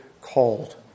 called